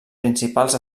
principals